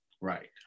Right